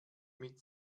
mit